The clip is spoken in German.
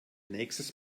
nächstes